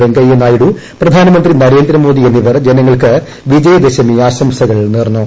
വെങ്കയ്യനായിഡു പ്രധാനമന്ത്രി നരേന്ദ്രമോദി എന്നിവർ ജനങ്ങൾക്ക് വിജയദശമി ആശംസകൾ നേർന്നു